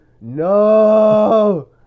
No